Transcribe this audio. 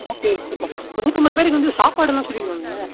okay ஓகேப்பா இப்போ நூற்றம்பது பேருக்கு வந்து சாப்பாடெல்லாம் சொல்லியிருந்தாங்க